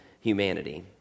humanity